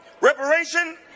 reparation